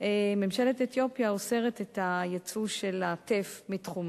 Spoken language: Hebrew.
ממשלת אתיופיה אוסרת את הייצוא של טף מתחומה,